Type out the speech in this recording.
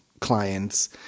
clients